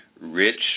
rich